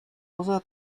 poza